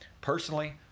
personally